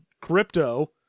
crypto